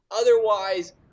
Otherwise